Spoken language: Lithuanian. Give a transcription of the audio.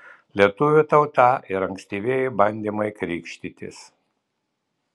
lietuvių tauta ir ankstyvieji bandymai krikštytis